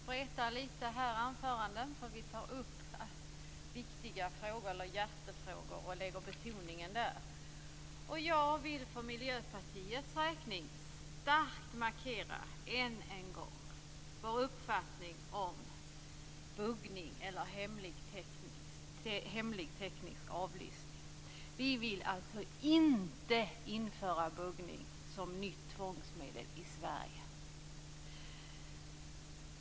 Fru talman! Anförandena spretar lite här. Vi tar upp hjärtefrågor och lägger betoningen där. Jag vill för Miljöpartiets räkning än en gång starkt markera vår uppfattning om buggning eller hemlig teknisk avlyssning. Vi vill alltså inte införa buggning som nytt tvångsmedel i Sverige.